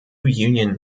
union